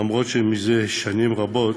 אף שזה שנים רבות